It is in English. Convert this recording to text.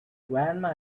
grandma